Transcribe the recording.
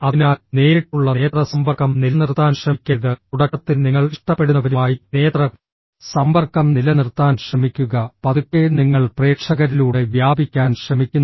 അതിനാൽ നേരിട്ടുള്ള നേത്ര സമ്പർക്കം നിലനിർത്താൻ ശ്രമിക്കരുത് തുടക്കത്തിൽ നിങ്ങൾ ഇഷ്ടപ്പെടുന്നവരുമായി നേത്ര സമ്പർക്കം നിലനിർത്താൻ ശ്രമിക്കുക പതുക്കെ നിങ്ങൾ പ്രേക്ഷകരിലൂടെ വ്യാപിക്കാൻ ശ്രമിക്കുന്നു